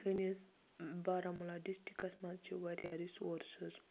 سٲنِس بارہمولہ ڈِسٹرکَس مَنٛز چھِ واریاہ رِسورسِز